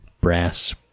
brass